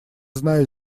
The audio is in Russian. знаю